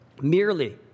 merely